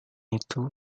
itu